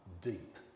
Deep